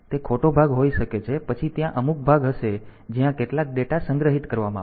તે ખોટો ભાગ હોઈ શકે છે પછી ત્યાં અમુક ભાગ હશે જ્યાં કેટલાક ડેટા સંગ્રહિત કરવામાં આવશે